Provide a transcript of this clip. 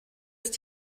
ist